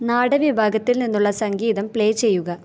നാടൻ വിഭാഗത്തിൽ നിന്നുള്ള സംഗീതം പ്ലേ ചെയ്യുക